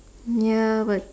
ya but